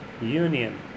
union